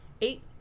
eight